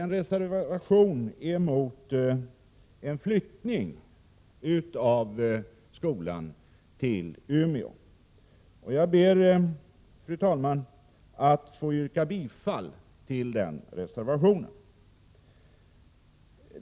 Vi reserverar oss mot att skolan flyttas till Umeå. Jag ber, fru talman, att få yrka bifall till reservationen.